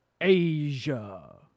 Asia